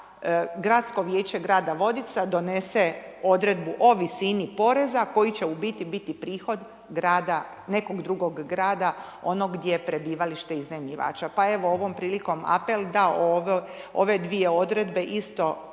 Gradsko vijeće Grada Vodica donese Odredbu o visini poreza koji će u biti biti prihod grada, nekog drugog grada, onog gdje je prebivalište iznajmljivača. Pa evo, ovom prilikom apel da ove dvije odredbe isto